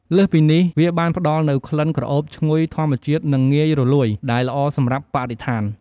លើសពីនេះ វាបានផ្តល់នូវក្លិនក្រអូបឈ្ងុយធម្មជាតិ និងងាយរលួយ ដែលល្អសម្រាប់បរិស្ថាន។